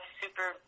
super